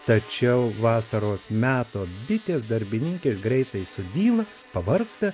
tačiau vasaros meto bitės darbininkės greitai sudyla pavargsta